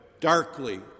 darkly